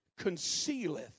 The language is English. concealeth